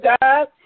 God